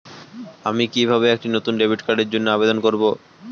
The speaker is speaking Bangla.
আমি কিভাবে একটি নতুন ডেবিট কার্ডের জন্য আবেদন করব?